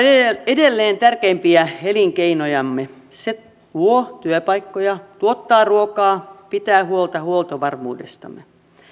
edelleen tärkeimpiä elinkeinojamme se luo työpaikkoja tuottaa ruokaa pitää huolta huoltovarmuudestamme